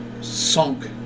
sunk